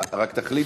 לא היה פה כלום.